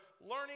learning